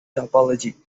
topology